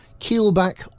Keelback